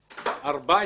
הסוהר,